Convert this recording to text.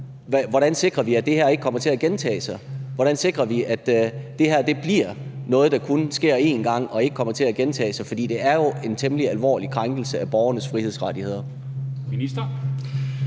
Hvordan sikrer vi, at det her ikke kommer til at gentage sig? Hvordan sikrer vi, at det her bliver noget, der kun sker én gang og ikke kommer til at gentage sig? For det er jo en temmelig alvorlig krænkelse af borgernes frihedsrettigheder. Kl.